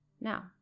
Now